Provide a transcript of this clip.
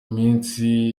iminsi